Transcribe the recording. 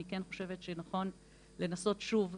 אני כן חושבת שנכון לנסות שוב,